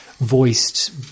voiced